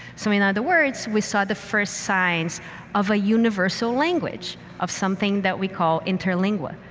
so in other words, we saw the first signs of a universal language of something that we call intraling what.